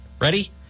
ready